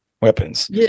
weapons